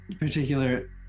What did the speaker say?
particular